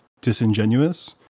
disingenuous